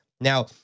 Now